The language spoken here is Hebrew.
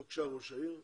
בבקשה, ראש העיר.